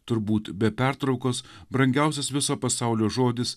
turbūt be pertraukos brangiausias viso pasaulio žodis